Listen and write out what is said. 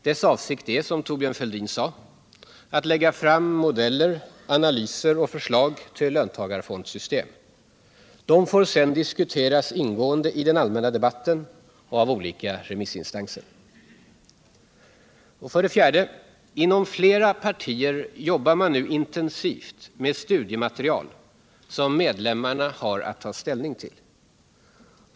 Dess avsikt är, som Thorbjörn Fälldin sade, att lägga fram modeller, analyser och förslag till ett löntagarfondssystem. De får sedan diskuteras ingående i den allmänna debatten och av olika remissinstanser. 4. Inom flera partier jobbar man nu intensivt med studiematerial som medlemmarna har att ta ställning till.